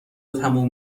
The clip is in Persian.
تموم